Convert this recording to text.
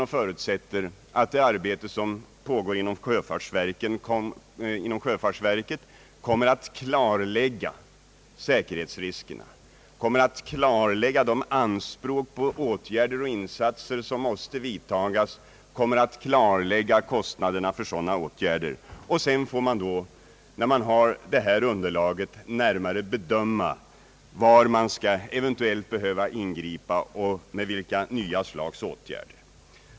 Jag förutsätter att det arbete som pågår inom sjöfartsverket kommer att klarlägga säkerhetsrisken, de anspråk på åtgärder och insatser som måste vidtagas och kostnaderna för sådana åtgärder. Och när man har detta underlag får man närmare bedöma var man eventuellt skall behöva ingripa och med vilka nya slags åtgärder.